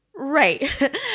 Right